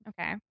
okay